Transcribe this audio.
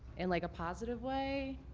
in like a positive way.